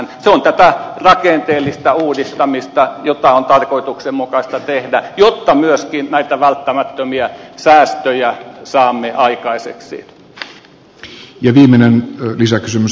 se on tätä rakenteellista uudistamista jota on tarkoituksenmukaista tehdä jotta myöskin näitä välttämättömiä säästöjä saamme aikaiseksi